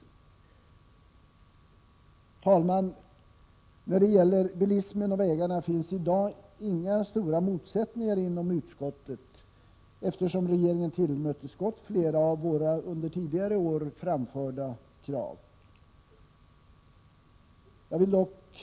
Herr talman! När det gäller bilismen och vägarna finns det i dag inga stora motsättningar inom utskottet. Regeringen har tillmötesgått flera av våra krav som har framförts under tidigare år.